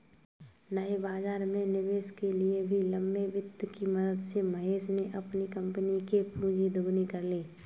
नए बाज़ार में निवेश के लिए भी लंबे वित्त की मदद से महेश ने अपनी कम्पनी कि पूँजी दोगुनी कर ली